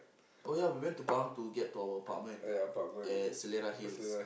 oh ya we went to Pahang to get to our apartment at Selera-Hills